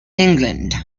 england